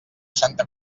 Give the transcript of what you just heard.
santa